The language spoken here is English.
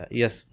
yes